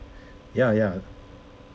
ya ya